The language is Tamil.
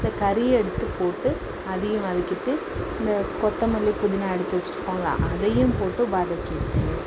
இந்த கரியை எடுத்து போட்டு அதையும் வதக்கிகிட்டு இந்த கொத்தமல்லி புதினா எடுத்து வச்சுருக்கோம்ல்ல அதையும் போட்டு வதக்கிகிட்டு